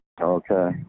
Okay